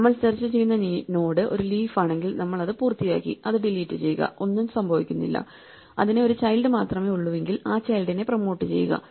നമ്മൾ സെർച്ച് ചെയ്യുന്ന നോഡ് ഒരു ലീഫ് ആണെങ്കിൽ നമ്മൾ അത് പൂർത്തിയാക്കി അത് ഡിലീറ്റ് ചെയ്യുക ഒന്നും സംഭവിക്കുന്നില്ല അതിന് ഒരു ചൈൽഡ് മാത്രമേ ഉള്ളൂവെങ്കിൽ ആ ചൈൽഡിനെ പ്രൊമോട്ട് ചെയ്യുക